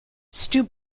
stu